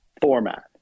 format